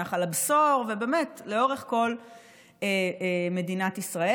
נחל הבשור ולאורך כל מדינת ישראל.